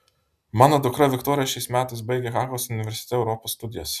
mano dukra viktorija šiais metais baigia hagos universitete europos studijas